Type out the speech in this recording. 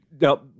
Now